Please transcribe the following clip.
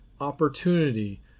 opportunity